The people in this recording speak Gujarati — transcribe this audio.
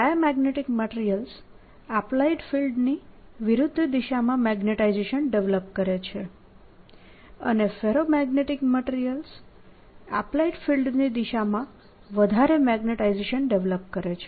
ડાયામેગ્નેટીક મટીરીયલ્સ એપ્લાઇડ ફિલ્ડની વિરુદ્ધ દિશામાં મેગ્નેટાઇઝેશન ડેવેલપ કરે છે અને ફેરોમેગ્નેટીક મટીરીયલ્સ એપ્લાઇડ ફિલ્ડની દિશામાં વધારે મેગ્નેટાઇઝેશન ડેવેલપ કરે છે